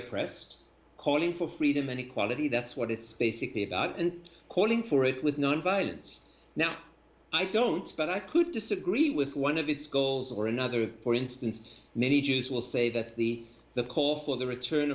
oppressed calling for freedom and equality that's what it's basically about and calling for it with nonviolence now i don't but i could disagree with one of its goals or another for instance many jews will say that the the call for the return